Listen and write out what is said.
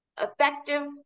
effective